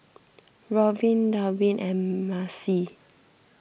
Robbin Dalvin and Maci